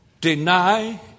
Deny